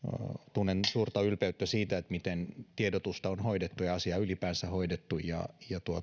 tunnen suurta ylpeyttä siitä miten tiedotusta on hoidettu ja asiaa ylipäänsä hoidettu